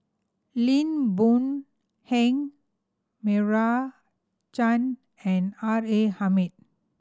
Lim Boon Heng Meira Chand and R A Hamid